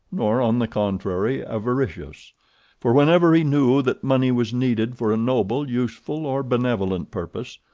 nor, on the contrary, avaricious for, whenever he knew that money was needed for a noble, useful, or benevolent purpose,